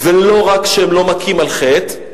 ולא רק שהם לא מכים על חטא,